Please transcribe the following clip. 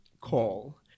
call